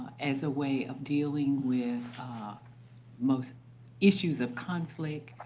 as a way of dealing with ah most issues of conflict,